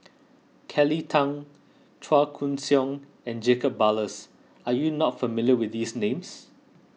Kelly Tang Chua Koon Siong and Jacob Ballas are you not familiar with these names